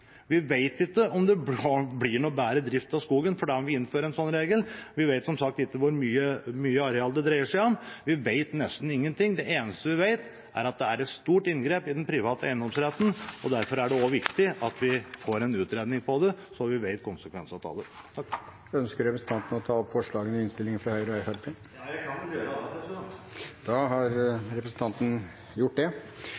Vi vet ikke om det blir noen bedre drift av skogen fordi om vi innfører en sånn regel. Vi vet, som sagt, ikke hvor mye arealer det dreier seg om. Vi vet nesten ingen ting. Det eneste vi vet, er at det er et stort inngrep i den private eiendomsretten, og derfor er det også viktig at vi får en utredning av det, slik at vi vet konsekvensene av det. Ønsker representanten å ta opp forslagene i innstillingen fra Høyre og Fremskrittspartiet? Ja, jeg kan vel gjøre det, president. Da har